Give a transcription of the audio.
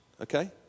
Okay